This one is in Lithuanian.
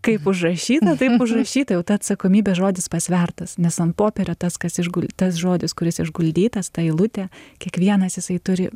kaip užrašyta taio užrašyta jau ta atsakomybė žodis pasvertas nes ant popierio tas kas išgul tas žodis kuris išguldytas ta eilutė kiekvienas jisai turi